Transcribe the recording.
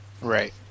Right